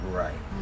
right